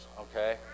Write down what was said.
Okay